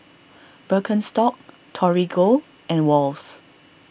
Birkenstock Torigo and Wall's